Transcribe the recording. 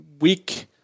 week